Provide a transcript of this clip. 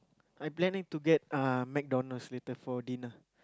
I planning to get uh McDonald's later for dinner